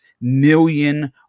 million